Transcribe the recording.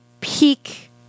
peak